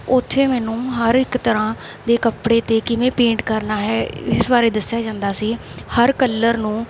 ਉੱਥੇ ਮੈਨੂੰ ਹਰ ਇੱਕ ਤਰ੍ਹਾਂ ਦੇ ਕੱਪੜੇ 'ਤੇ ਕਿਵੇਂ ਪੇਂਟ ਕਰਨਾ ਹੈ ਇਸ ਬਾਰੇ ਦੱਸਿਆ ਜਾਂਦਾ ਸੀ ਹਰ ਕੱਲਰ ਨੂੰ